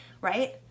right